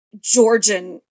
georgian